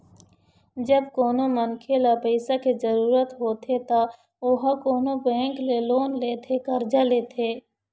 जब कोनो मनखे ल पइसा के जरुरत होथे त ओहा कोनो बेंक ले लोन लेथे करजा लेथे